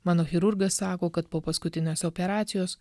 mano chirurgas sako kad po paskutinės operacijos